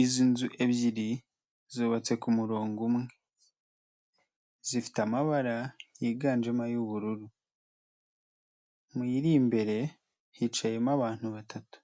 Izi nzu ebyiri zubatse ku murongo umwe. Zifite amabara yiganjemo ay'ubururu. Mu yiri imbere hicaye abantu batatu,